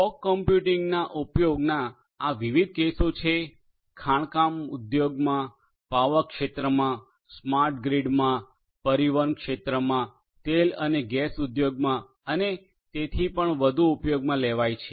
fog કમ્પ્યુટિંગના ઉપયોગના આ વિવિધ કેસો છે ખાણકામ ઉદ્યોગમાં પાવર ક્ષેત્રમાં સ્માર્ટ ગ્રીડમાં પરિવહન ક્ષેત્રમાં તેલ અને ગેસ ઉદ્યોગમાં અને તેથી પણ વધુ ઉપયોગમાં લેવાય છે